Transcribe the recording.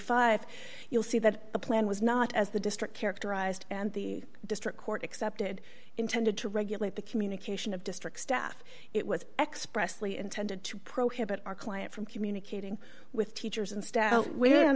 cents you'll see that the plan was not as the district characterized and the district court accepted intended to regulate the communication of district staff it was expressly intended to prohibit our client from communicating with teachers and staff where